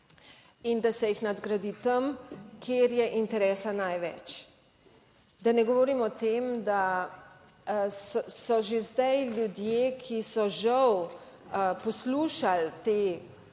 in da se jih nadgradi tam, kjer je interesa največ. Da ne govorim o tem, da so že zdaj ljudje, ki so žal poslušali to